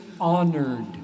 honored